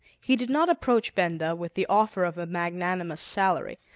he did not approach benda with the offer of a magnanimous salary,